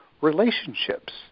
relationships